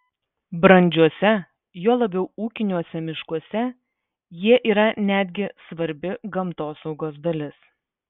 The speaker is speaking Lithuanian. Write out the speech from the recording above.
brandžiuose juo labiau ūkiniuose miškuose jie yra netgi svarbi gamtosaugos dalis